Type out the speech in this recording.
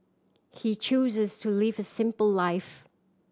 he chooses to live a simple life